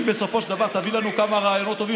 אם בסופו של דבר תביא לנו כמה רעיונות טובים,